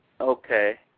Okay